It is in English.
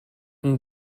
and